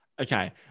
Okay